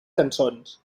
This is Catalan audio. cançons